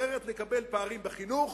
אחרת נקבל פערים בחינוך,